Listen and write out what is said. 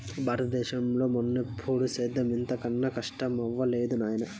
బారత దేశంలో మున్నెప్పుడూ సేద్యం ఇంత కనా కస్టమవ్వలేదు నాయనా